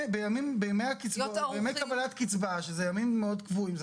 בימי קבלת קצבה שזה ימים מאוד קבועים.